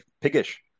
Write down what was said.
piggish